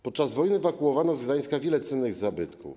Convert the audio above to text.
Podczas wojny ewakuowano z Gdańska wiele cennych zabytków.